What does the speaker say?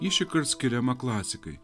ir šįkart skiriama klasikai